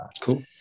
Cool